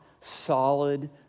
solid